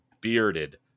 bearded